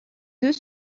deux